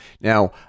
Now